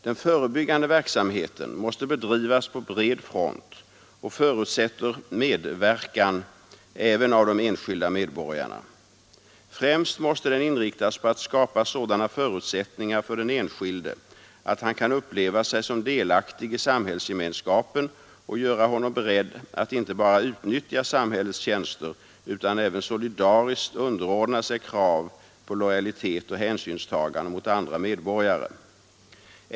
Den förebyggande verksamheten måste bedrivas på bred front och förutsätter medverkan även av de enskilda medborgarna. Främst måste den inriktas på att skapa sådana förutsättningar för den enskilde att han kan uppleva sig som delaktig i samhällsgemenskapen och göra honom beredd att inte bara utnyttja samhällets tjänster utan även solidariskt underordna sig krav på lojalitet och hänsynstagande mot andra medborgare.